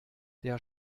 der